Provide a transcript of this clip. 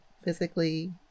physically